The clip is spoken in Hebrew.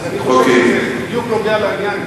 אני חושב שזה בדיוק נוגע לעניין.